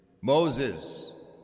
Moses